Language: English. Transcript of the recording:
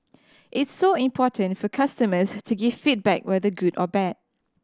it's so important for customers to give feedback whether good or bad